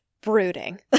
brooding